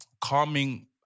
calming